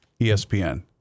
ESPN